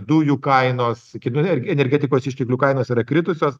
dujų kainos ki e energetikos išteklių kainos yra kritusios